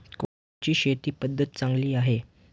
कोणती शेती पद्धती चांगली आहे?